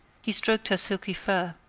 he stroked her silky fur,